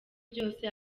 byose